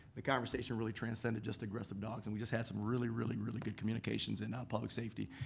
the conversation really transcended just aggressive dogs. and we just had some really, really, really good communications in public safety.